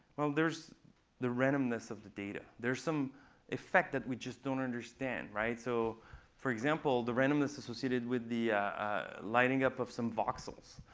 well, there's the randomness of the data. there's some effect that we just don't understand so for example, the randomness associated with the lining up of some voxels.